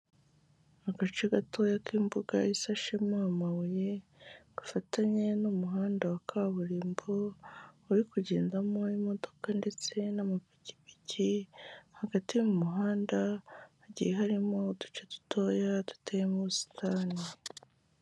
Agace gatoya k'imbuga isashemo amabuye gafatanye n'umuhanda wa kaburimbo uri kugendamo imodoka ndetse n'amapikipiki, hagati mu muhanda hagiye harimo uduce dutoya duteyemo ubusitani.